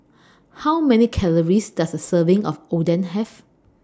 How Many Calories Does A Serving of Oden Have